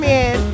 Man